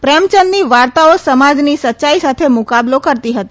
પ્રેમચંદની વાર્તાઓ સમાજની સચ્ચાઇ સાથે મૂકાબલો કરતી હતી